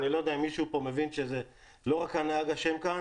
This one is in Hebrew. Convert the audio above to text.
אני לא יודע אם מישהו פה מבין שלא רק הנהג אשם כאן